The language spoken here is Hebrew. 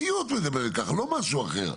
לא משהו אחר.